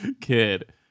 kid